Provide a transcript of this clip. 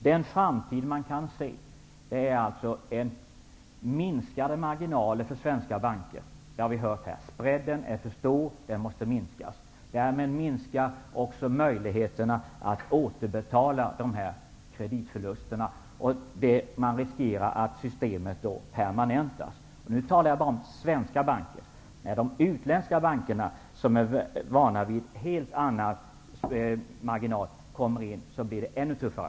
Den framtida bild man kan se är minskade marginaler för svenska banker. Bredden är för stor, och den måste minskas. Därmed minskar också möjligheterna att återbetala kreditförlusterna. Man riskerar då att systemet permanentas. Jag talar nu bara om svenska banker. När de utländska bankerna, som är vana vid en helt annan marginal, kommer in i det hela blir det ännu tuffare.